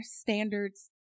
Standards